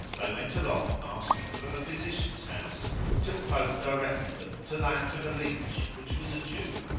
they went along asking for the physician's house till folk directed them to that of a leach which was a jew.